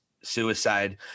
suicide